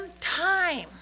time